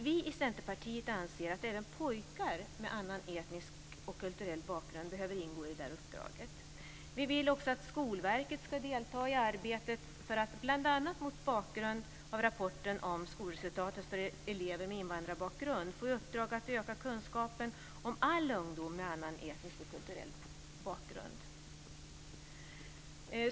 Vi i Centerpartiet anser att även pojkar med annan etnisk och kulturell bakgrund behöver ingå i detta uppdrag. Vi vill också att Skolverket ska delta i arbetet för att, bl.a. mot bakgrund av rapporten om skolresultaten för elever med invandrarbakgrund, öka kunskapen om all ungdom med annan etnisk och kulturell bakgrund.